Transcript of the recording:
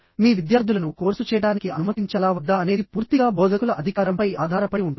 మీ విద్యార్థులను కోర్సు చేయడానికి అనుమతించాలా వద్దా అనేది పూర్తిగా బోధకుల అధికారంపై ఆధారపడి ఉంటుంది